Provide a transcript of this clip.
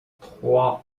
trois